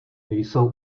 jsou